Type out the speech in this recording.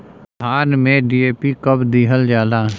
धान में डी.ए.पी कब दिहल जाला?